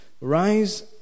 Rise